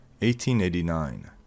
1889